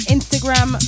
Instagram